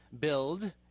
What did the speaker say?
build